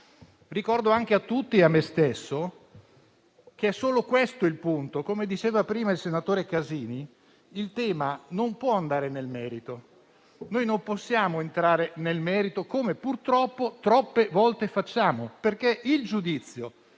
Ricordo a tutti e a me stesso che è solo questo il punto. Come diceva prima il senatore Casini, il tema non può toccare il merito. Non possiamo entrare nel merito, come - ahimè - troppe volte facciamo, perché il giudizio